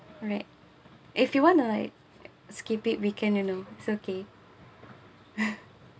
alright if you want to like skip it we can you know it's okay